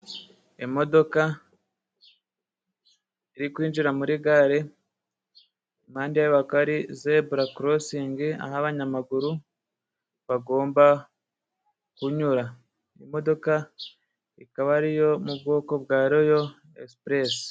Imodoka iri kwinjira muri gare. Impande yaho hakaba hari zebura korosingi, aho abanyamaguru bagomba kunyura. Imodoka ikaba ariyo mu bwoko bwa royo egisipuresi.